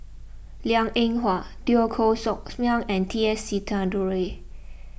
Liang Eng Hwa Teo Koh Sock Miang and T S Sinnathuray